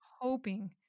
hoping